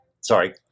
sorry